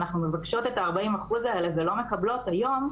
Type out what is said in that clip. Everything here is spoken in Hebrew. אנחנו מבקשות את ה-40 אחוז האלה ולא מקבלות היום,